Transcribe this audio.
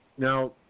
Now